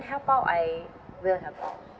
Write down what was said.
help out I will help out